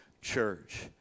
church